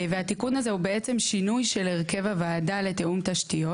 התיקון הזה הוא בעצם שינוי של הרכב הוועדה לתיאום תשתיות.